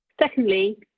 Secondly